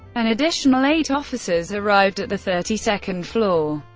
an additional eight officers arrived at the thirty second floor.